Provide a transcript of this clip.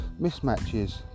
mismatches